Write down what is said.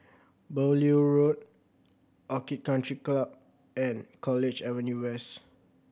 Beaulieu Road Orchid Country Club and College Avenue West